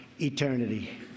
eternity